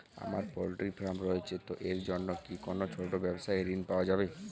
আমার poultry farm রয়েছে তো এর জন্য কি কোনো ছোটো ব্যাবসায়িক ঋণ পাওয়া যাবে?